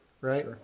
right